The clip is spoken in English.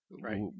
right